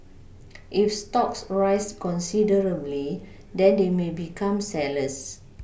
if stocks rise considerably then they may become sellers